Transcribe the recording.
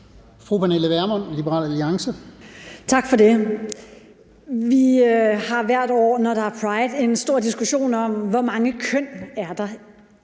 Pernille Vermund (LA): Tak for det. Vi har hvert år, når der er pride, en stor diskussion om, hvor mange køn der er,